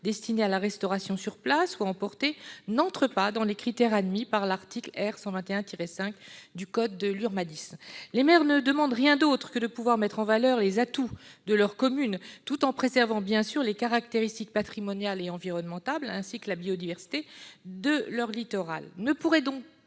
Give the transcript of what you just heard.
destinés à la restauration sur place ou à emporter ne répondent pas aux critères fixés par l'article R. 121-5 du code de l'urbanisme. Les maires ne demandent rien d'autre que de pouvoir mettre en valeur les atouts de leur commune tout en préservant les caractéristiques patrimoniales et environnementales, ainsi que la biodiversité de leur littoral.